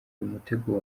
umutego